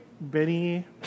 Benny